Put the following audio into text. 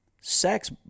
sex